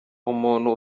umuntu